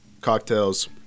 cocktails